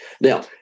Now